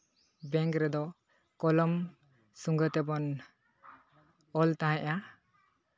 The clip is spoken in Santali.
ᱵᱮᱝᱠ ᱨᱮᱫᱚ ᱠᱚᱞᱚᱢ ᱥᱚᱸᱜᱮ ᱛᱮᱵᱚᱱ ᱚᱞ ᱛᱟᱦᱮᱸᱜᱼᱟ